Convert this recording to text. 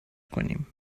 کنیم